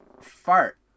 Fart